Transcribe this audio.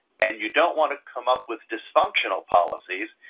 and you don't want to come up with dysfunctional policies,